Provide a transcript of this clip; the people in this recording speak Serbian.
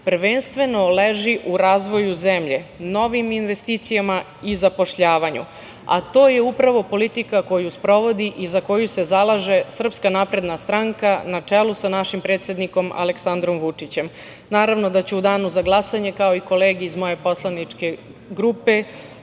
prvenstveno leži u razvoju zemlje, novim investicijama i zapošljavanju, a to je upravo politika koju sprovodi i za koju se zalaže SNS na čelu sa našim predsednikom Aleksandrom Vučićem. Naravno da ću u danu za glasanje kao i kolege iz moje poslaničke grupe